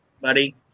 buddy